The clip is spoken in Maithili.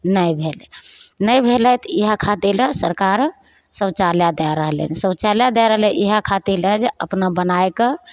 नहि भेलै नहि भेलै तऽ इहए खातिर लए सरकार शौचालय दए रहलै हन शौचालय दए रहलै इहए खातिर लए अपना बनाइके